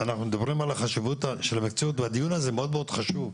של המציאות והדיון הזה מאוד מאוד חשוב.